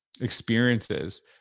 experiences